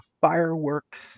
fireworks